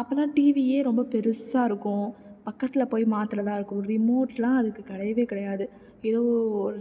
அப்போல்லாம் டிவியே ரொம்ப பெருசாக இருக்கும் பக்கத்தில் போய் மாத்துறதா இருக்கும் ரிமோட்லாம் அதுக்குக் கிடையவே கிடையாது ஏதோ